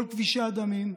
כל כבישי הדמים,